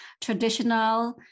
traditional